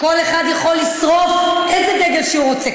כל אחד יכול לשרוף איזה דגל שהוא רוצה,